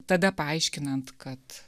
tada paaiškinant kad